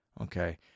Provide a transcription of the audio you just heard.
okay